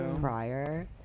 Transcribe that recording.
prior